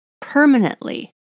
permanently